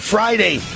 Friday